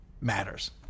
matters